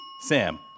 Sam